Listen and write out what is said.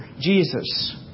Jesus